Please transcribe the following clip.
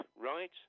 right